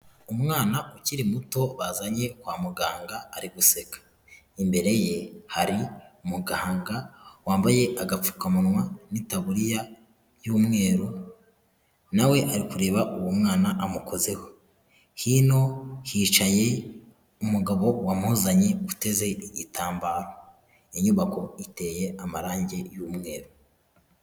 Umwana ukiri muto bazanye kwa muganga ari guseka, imbere ye hari muganga wambaye agapfukamunwa n'itaburiya y'umweru, nawe ari kureba uwo mwana amukozeho, hino hicaye umugabo wamuzanye uteze igitambaro, iyo nyubako iteye amarangi y'umweru.